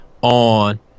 on